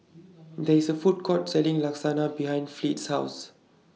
There IS A Food Court Selling Lasagna behind Fleet's House